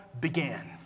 began